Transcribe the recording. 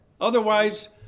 Otherwise